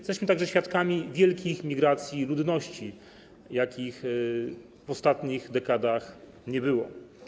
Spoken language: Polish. Jesteśmy również świadkami wielkich migracji ludności, jakich w ostatnich dekadach nie było.